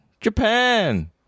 Japan